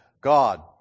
God